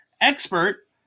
expert